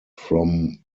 from